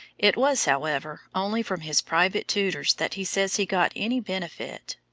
it was, however, only from his private tutors that he says he got any benefit.